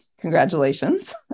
Congratulations